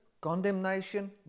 condemnation